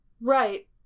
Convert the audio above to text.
Right